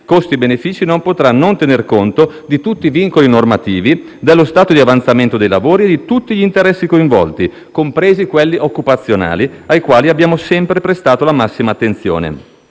costi-benefìci non potrà non tenere conto di tutti i vincoli normativi, dello stato di avanzamento dei lavori e di tutti gli interessi coinvolti, compresi quelli occupazionali, ai quali abbiamo sempre prestato la massima attenzione.